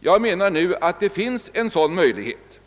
Jag menar att det nu finns en sådan möjlighet.